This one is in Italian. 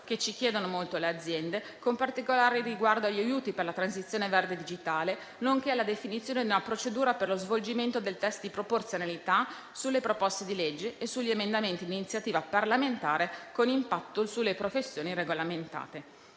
che ci chiedono molto le aziende, con particolare riguardo agli aiuti per la transizione verde digitale, nonché alla definizione di una procedura per lo svolgimento del *test* di proporzionalità sulle proposte di legge e sugli emendamenti di iniziativa parlamentare con impatto sulle professioni regolamentate.